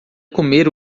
comer